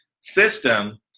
System